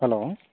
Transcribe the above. hello